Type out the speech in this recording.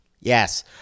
Yes